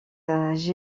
géants